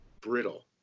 brittle